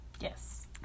Yes